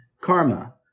karma